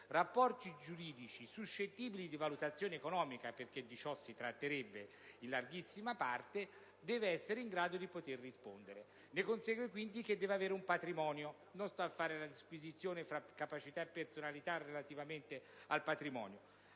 rapporti giuridici suscettibili di valutazione economica - perché di ciò si tratterebbe in larghissima parte - deve essere in grado di farlo. Ne consegue quindi che deve avere un patrimonio (non faccio adesso la disquisizione tra capacità e personalità relativamente al patrimonio).